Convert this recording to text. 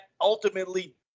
ultimately